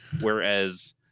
whereas